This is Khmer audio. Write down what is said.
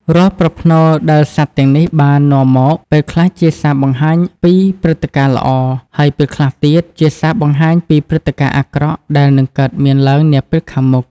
រាល់ប្រផ្នូលដែលសត្វទាំងនេះបាននាំមក ពេលខ្លះជាសារបង្ហាញពីព្រឹត្តិការណ៍ល្អ ហើយពេលខ្លះទៀតជាសារបង្ហាញពីព្រឹត្តិការណ៍អាក្រក់ដែលនឹងកើតមានឡើងនាពេលខាងមុខ។